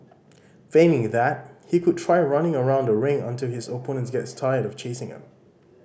failing that he could try running around the ring until his opponent gets tired of chasing him